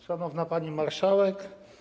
Szanowna Pani Marszałek!